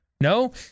No